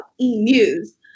e-news